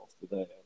today